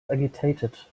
agitated